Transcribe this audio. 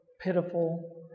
pitiful